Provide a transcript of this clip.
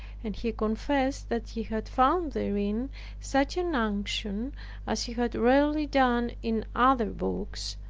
and he confessed, that he had found therein such an unction as he had rarely done in other books,